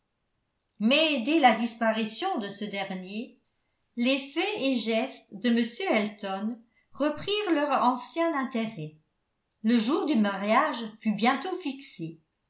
dès la disparition de ce dernier les faits et gestes de m elton reprirent leur ancien intérêt le jour du mariage fut bientôt fixé